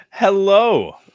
Hello